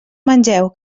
mengeu